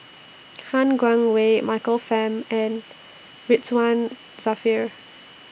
Han Guangwei Michael Fam and Ridzwan Dzafir